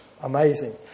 amazing